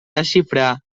desxifrar